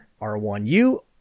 R1U